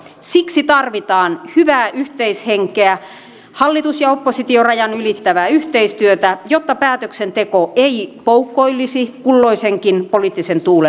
siksi tarvitaan hyvää yhteishenkeä hallitus ja oppositiorajan ylittävää yhteistyötä jotta päätöksenteko ei poukkoilisi kulloisenkin poliittisen tuulen mukana